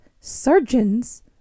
surgeons